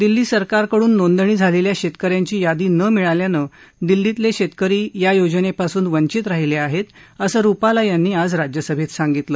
दिल्ली सरकारकडून नोंदणी झालेल्या शेतक यांची यादी न मिळाल्यानं दिल्लीतले शेतकरी या योजनेपासून वंचित राहिले आहेत असं रुपाला यांनी आज राज्यसभेत सांगितलं